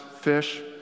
fish